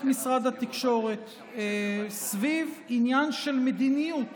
משרד התקשורת סביב עניין של מדיניות